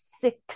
six